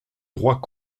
droit